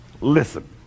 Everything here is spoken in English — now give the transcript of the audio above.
listen